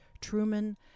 Truman